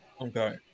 Okay